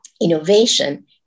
innovation